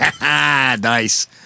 Nice